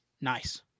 Nice